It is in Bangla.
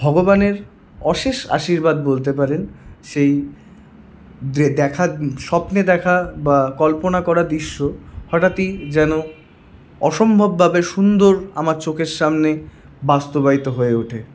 ভগবানের অশেষ আশীর্বাদ বলতে পারেন সেই দেখার স্বপ্নে দেখা বা কল্পনা করা দৃশ্য হঠাৎই যেন অসম্ভবভাবে সুন্দর আমার চোখের সামনে বাস্তবায়িত হয়ে ওঠে